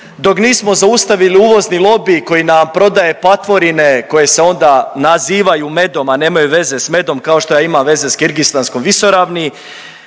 dok nismo zaustavili uvozni lobi koji nam prodaje patvorine, koje se onda nazivaju medom, a nemaju veze s medom, kao što ja imam veze s kirgistanskom visoravni,